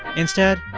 instead,